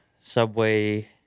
subway